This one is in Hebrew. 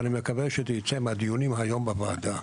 ואני מקווה שזה ייצא מהדיון היום בוועדה.